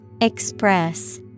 Express